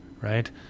right